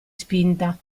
spinta